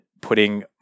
putting